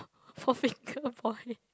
four finger boy